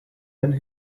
and